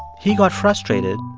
he got frustrated.